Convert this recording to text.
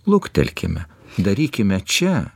luktelkime darykime čia